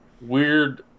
weird